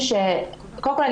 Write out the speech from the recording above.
קודם כל,